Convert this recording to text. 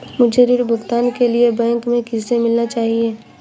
मुझे ऋण भुगतान के लिए बैंक में किससे मिलना चाहिए?